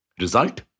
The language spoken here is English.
Result